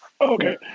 Okay